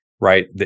right